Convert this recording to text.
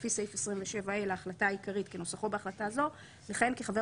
לפי סעיף 27(ה) להחלטה העיקרית כנוסחו בהחלטה זו לכהן כחבר